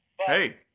Hey